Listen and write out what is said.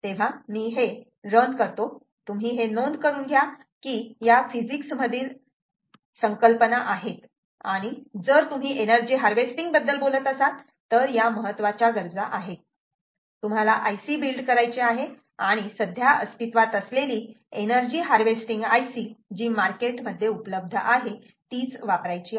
तेव्हा मी हे रन करतो तुम्ही हे नोंद करून घ्या की या फिजिक्समधील संकल्पना आहेत आणि जर तुम्ही एनर्जी हार्वेस्टिंग बद्दल बोलत असाल तर या महत्त्वाच्या गरजा आहेत तुम्हाला IC बिल्ड करायची आहे आणि सध्या अस्तित्वात असलेली एनर्जी हार्वेस्टिंग IC जी मार्केटमध्ये उपलब्ध आहे ती वापरायची आहे